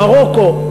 מרוקו.